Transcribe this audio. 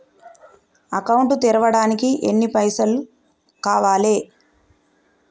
Account తెరవడానికి ఎన్ని పైసల్ కావాలే?